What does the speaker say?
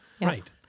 Right